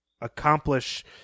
accomplish